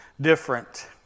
Different